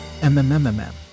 Mmmmm